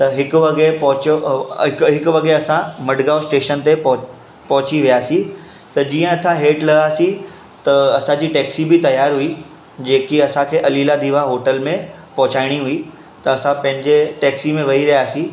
त हिकु वॻे पहुचियो अ हिकु वॻे असां मडगांव स्टेशन ते पोह पहुची वियासीं त जीअं असां हेठि लथासीं त असांजी टॅक्सी बि तियारु हुई जेकी असांखे अलीला दिवा होटल में पहुचाइणी हुई त असां पंहिंजे टॅक्सी में वेही रहियासीं